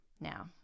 Now